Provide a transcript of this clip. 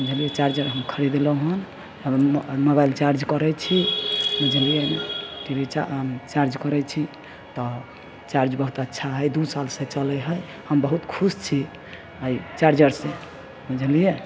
बुझलिए चार्जर हम खरीदलहुँ हँ हम मोबाइल चार्ज करै छी बुझलिए रिचार्ज चार्ज करै छी तऽ चार्ज बहुत अच्छा हइ दुइ सालसँ चलै हइ हम बहुत खुश छी एहि चार्जरसँ बुझलिए